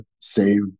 save